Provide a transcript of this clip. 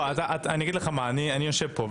אני יושב פה,